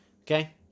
Okay